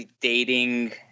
Dating